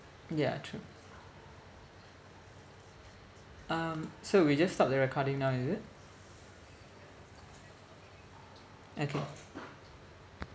ya true um so we just stop the recording now is it okay